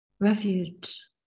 Refuge